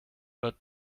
but